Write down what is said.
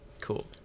Cool